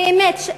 באמת,